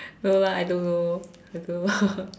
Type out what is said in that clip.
no lah I don't know also